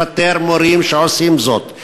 לפטר מורים שעושים זאת,